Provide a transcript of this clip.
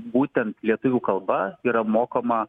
būtent lietuvių kalba yra mokoma